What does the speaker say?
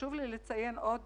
חשוב לי לציין עוד